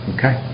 Okay